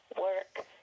work